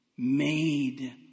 made